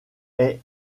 est